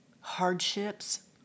hardships